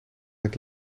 het